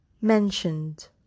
Mentioned